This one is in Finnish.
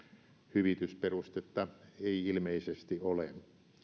hyvitysperustetta ei ilmeisesti ole